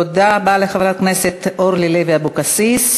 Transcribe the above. תודה רבה לחברת הכנסת אורלי לוי אבקסיס.